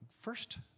first